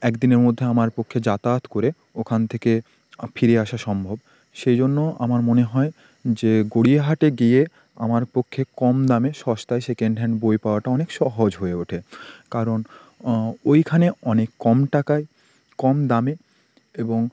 একদিনের মধ্যে আমার পক্ষে যাতায়াত করে ওখান থেকে ফিরে আসা সম্ভব সেই জন্য আমার মনে হয় যে গড়িয়াহাটে গিয়ে আমার পক্ষে কম দামে সস্তায় সেকেন্ড হ্যান্ড বই পাওয়াটা অনেক সহজ হয়ে ওঠে কারণ ওইখানে অনেক কম টাকায় কম দামে এবং